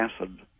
acid